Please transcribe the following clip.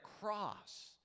cross